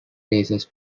places